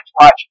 watch